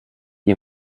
ihm